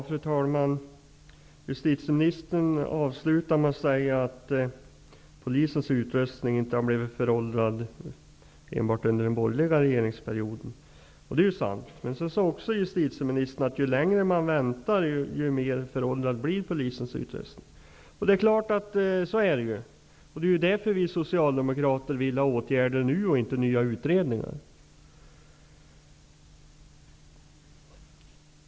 Fru talman! Justitieministern avslutade med att säga att polisens utrustning inte har blivit föråldrad enbart under den borgerliga regeringsperioden. Det är förvisso sant. Men sedan sade justitieministern att ju längre man väntar ju mer föråldrad blir polisens utrustning. Självfallet är det så, därför vill vi Socialdemokrater se åtgärder vidtagna nu, vi vill inte ha nya utredningar.